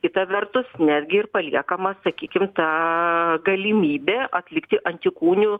kita vertus netgi ir paliekama sakykim ta galimybė atlikti antikūnių